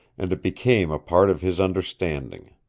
and it became a part of his understanding.